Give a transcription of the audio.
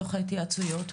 בתוך ההתייעצויות?